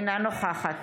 אינה נוכחת